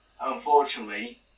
unfortunately